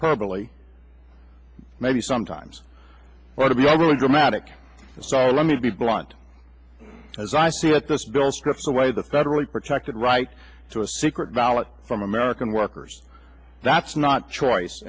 hyperbole maybe sometimes or to be overly dramatic so let me be blunt as i see it this bill strips away the federally protected right to a secret ballot from american workers that's not choice